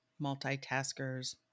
multitaskers